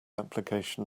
application